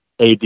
AD